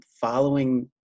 following